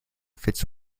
fits